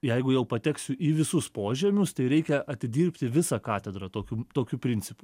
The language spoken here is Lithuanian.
jeigu jau pateksiu į visus požymius tai reikia atidirbti visą katedrą tokiu tokiu principu